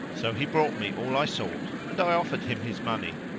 so he brought me all i sought and i offered him his money,